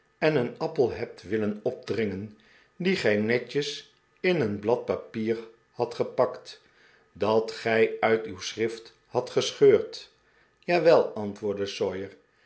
en een appel hebt willen opdringen die gij netjes in een blad papier had gepakt dat gij nit uw schrift had gescheurd jawel antwoordde